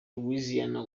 louisiana